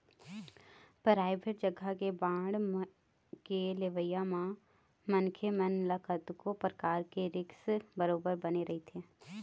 private जघा के bond के लेवई म मनखे मन ल कतको परकार के रिस्क बरोबर बने रहिथे